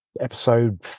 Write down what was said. episode